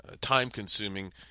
time-consuming